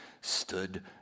stood